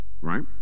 right